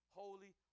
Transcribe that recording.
holy